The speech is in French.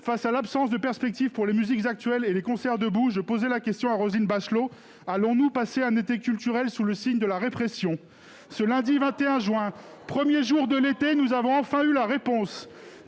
face à l'absence de perspectives pour les musiques actuelles et les concerts debout, je posais la question à Roselyne Bachelot : allons-nous passer un été culturel sous le signe de la répression ? Ce lundi 21 juin, premier jour de l'été, nous avons enfin eu la réponse